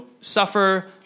suffer